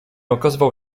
okazywał